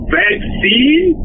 vaccine